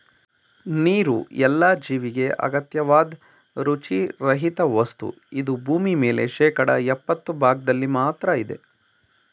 ನೀರುಎಲ್ಲ ಜೀವಿಗೆ ಅಗತ್ಯವಾದ್ ರುಚಿ ರಹಿತವಸ್ತು ಇದು ಭೂಮಿಮೇಲೆ ಶೇಕಡಾ ಯಪ್ಪತ್ತು ಭಾಗ್ದಲ್ಲಿ ಮಾತ್ರ ಇದೆ